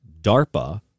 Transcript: DARPA